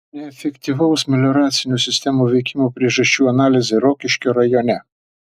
neefektyvaus melioracinių sistemų veikimo priežasčių analizė rokiškio rajone